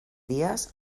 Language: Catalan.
dies